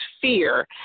fear